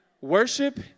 worship